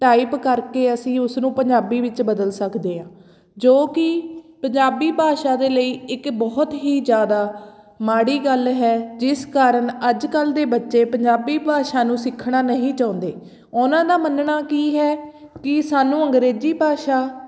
type ਕਰਕੇ ਅਸੀਂ ਉਸ ਨੂੰ ਪੰਜਾਬੀ ਵਿੱਚ ਬਦਲ ਸਕਦੇ ਹੈ ਜੋ ਕਿ ਪੰਜਾਬੀ ਭਾਸ਼ਾ ਦੇ ਲਈ ਇੱਕ ਬਹੁਤ ਹੀ ਜ਼ਿਆਦਾ ਮਾੜੀ ਗੱਲ ਹੈ ਜਿਸ ਕਾਰਨ ਅੱਜਕੱਲ੍ਹ ਦੇ ਬੱਚੇ ਪੰਜਾਬੀ ਭਾਸ਼ਾ ਨੂੰ ਸਿੱਖਣਾ ਨਹੀਂ ਚਾਹੁੰਦੇ ਉਹਨਾਂ ਦਾ ਮੰਨਣਾ ਕੀ ਹੈ ਕਿ ਸਾਨੂੰ ਅੰਗਰੇਜ਼ੀ ਭਾਸ਼ਾ